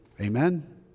Amen